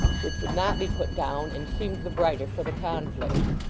which would not be put down and seemed the brighter for the conflict!